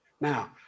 Now